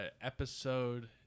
episode